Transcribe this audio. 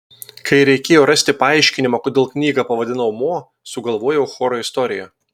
kai reikėjo rasti paaiškinimą kodėl knygą pavadinau mo sugalvojau choro istoriją